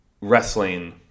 wrestling